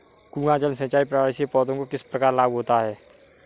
कुआँ जल सिंचाई प्रणाली से पौधों को किस प्रकार लाभ होता है?